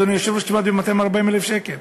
מסתכם, אדוני היושב-ראש, כמעט ב-240,000 שקל.